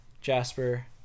Jasper